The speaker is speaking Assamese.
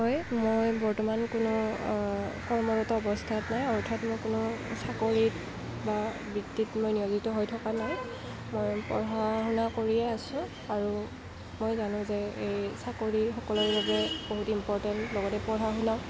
হয় মই বৰ্তমান কোনো কৰ্মৰত অৱস্থাত নাই অৰ্থাৎ মই কোনো চাকৰিত বা বৃত্তিত মই নিয়োজিত হৈ থকা নাই মই পঢ়া শুনা কৰিয়েই আছোঁ আৰু মই জানো যে এই চাকৰি সকলোৰে বাবে বহুত ইম্পৰটেণ্ট লগতে পঢ়া শুনাও